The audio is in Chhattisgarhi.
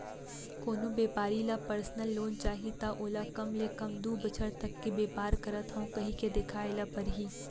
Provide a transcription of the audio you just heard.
कोनो बेपारी ल परसनल लोन चाही त ओला कम ले कम दू बछर तक के बेपार करत हँव कहिके देखाए ल परही